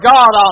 God